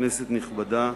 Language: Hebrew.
כנסת נכבדה,